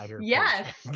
Yes